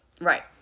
Right